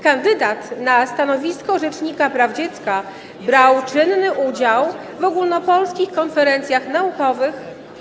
Kandydat na stanowisko rzecznika praw dziecka brał czynny udział w ogólnopolskich konferencjach naukowych.